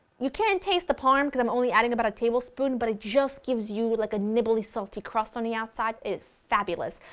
you can't taste the parm because i'm only adding but a tablespoon but it just gives you like a nibbly salty crust on the outside, it's fabulous,